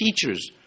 teachers